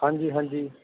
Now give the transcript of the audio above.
ਹਾਂਜੀ ਹਾਂਜੀ